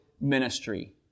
ministry